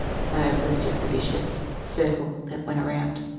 so it was just a vicious circle that went around.